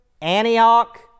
Antioch